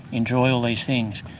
enjoy all these things.